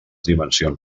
dimensions